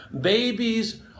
Babies